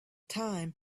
time